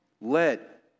Let